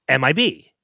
MIB